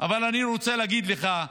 אבל אני רוצה להגיד לך,